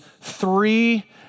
three